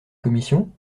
commission